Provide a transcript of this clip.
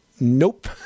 Nope